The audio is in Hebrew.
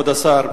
כבוד השר,